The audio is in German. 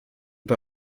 bei